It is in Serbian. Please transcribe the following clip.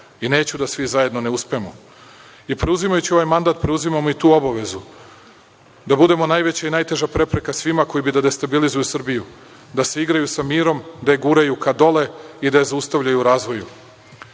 i neću da svi zajedno ne uspemo. Preuzimajući ovaj mandat, preuzimamo i tu obavezu da budemo najveća i najteža prepreka svima koji bi da destabilizuju Srbiju, da se igraju sa mirom, da je guraju ka dole i da je zaustavljaju u razvoju. Sada